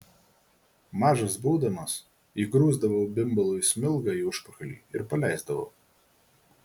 mažas būdamas įgrūsdavau bimbalui smilgą į užpakalį ir paleisdavau